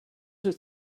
dwyt